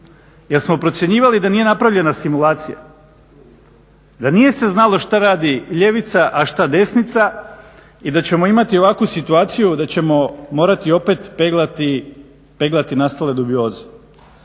jer smo procjenjivali da nije napravljena simulacija, da nije se znalo šta radi ljevica, a šta desnica i da ćemo imati ovakvu situaciju da ćemo morati opet peglati nastale dubioze.